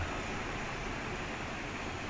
ah பார்த்துட்டு தான் இருக்கேன்:paarthuttu dhaan irukkaen ya